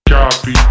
Copy